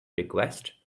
request